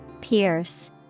Pierce